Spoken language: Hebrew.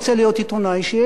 או שהוא היה כבר עיתונאי.